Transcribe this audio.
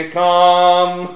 come